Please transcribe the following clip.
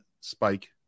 Spike